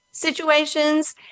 situations